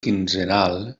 quinzenal